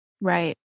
Right